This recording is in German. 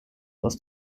aus